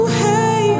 hey